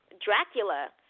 Dracula